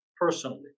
personally